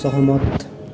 सहमत